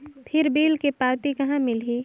फिर बिल के पावती कहा मिलही?